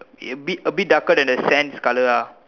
a bit a bit darker than the sand's colour ah